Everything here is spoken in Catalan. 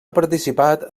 participat